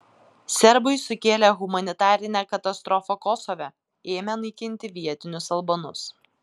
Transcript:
serbai sukėlė humanitarinę katastrofą kosove ėmę naikinti vietinius albanus